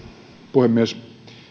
puhemies